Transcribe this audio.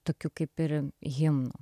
tokiu kaip ir himnu